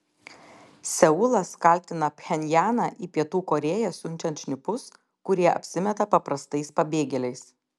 seulas kaltina pchenjaną į pietų korėją siunčiant šnipus kurie apsimeta paprastais pabėgėliais